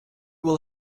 will